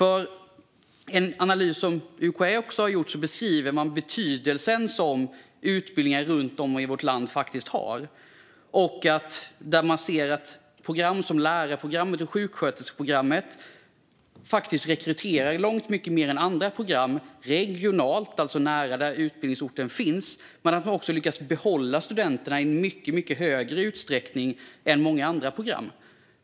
I en analys som UKÄ har gjort beskriver man den betydelse som utbildningar runt om i vårt land har. Man ser att program som lärar och sjuksköterskeprogrammet långt mer än andra program rekryterar regionalt, alltså nära utbildningsorten, och även lyckas behålla studenterna i mycket högre utsträckning än många andra program.